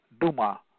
Duma